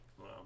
Wow